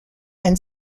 and